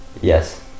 yes